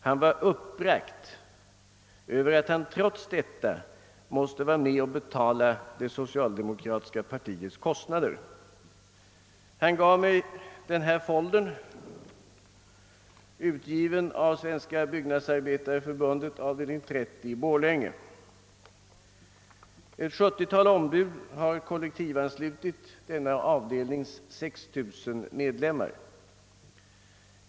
Han var uppbragt över att han trots detta måste vara med och betala det socialdemokratiska partiets kostnader. Han gay mig också denna folder från Svenska byggnadsarbetareförbundets avd. 30 i Borlänge. Ett 70-tal ombud har kollektivanslutit denna avdelnings 6 000 medlemmar.